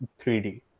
3d